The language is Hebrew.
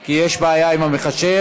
כי יש בעיה עם המחשב,